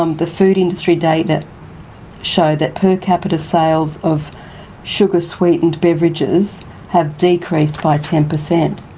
um the food industry data show that per capita sales of sugar-sweetened beverages have decreased by ten percent.